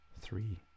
three